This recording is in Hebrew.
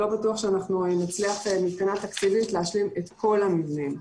לא בטוח שנצליח מבחינה תקציבית להשלים את כל המבנים.